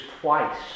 twice